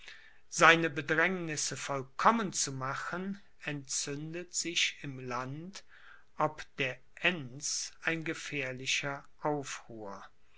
seine bedrängnisse vollkommen zu machen entzündet sich im land ob der enns ein gefährlicher aufruhr